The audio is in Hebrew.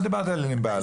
לא דיברתי על ענבל.